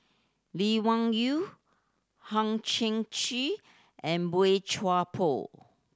Lee Wung Yew Hang Chang Chieh and Boey Chuan Poh